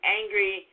angry